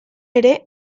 ere